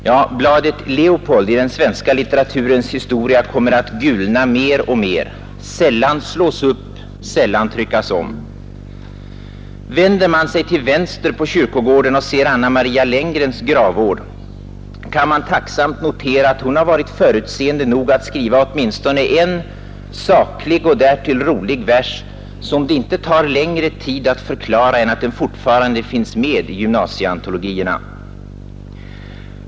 Ja, bladet Leopold i den svenska litteraturens historia kommer att gulna mer och mer, sällan slås upp, sällan tryckas om. Vänder man sig till vänster på kyrkogården och ser Anna Maria Lenngrens gravvård, kan man tacksamt notera att hon varit förutseende nog att skriva åtminstone en saklig och därtill rolig vers som det inte tar längre tid att förklara än att den fortfarande finns med i gymnasieantologierna.